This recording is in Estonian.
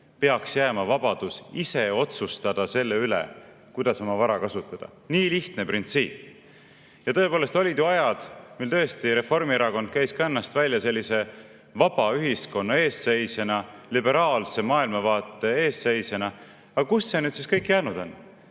peaks jääma vabadus ise otsustada selle üle, kuidas oma vara kasutada. Nii lihtne printsiip. Tõepoolest olid ju ajad, mil Reformierakond käis ennast välja vaba ühiskonna eestseisjana, liberaalse maailmavaate eestseisjana. Aga kuhu see nüüd siis kõik jäänud on?